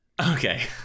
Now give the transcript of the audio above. Okay